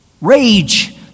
rage